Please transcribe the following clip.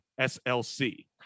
SLC